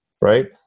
right